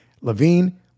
Levine